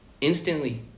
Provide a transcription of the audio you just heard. instantly